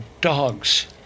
dogs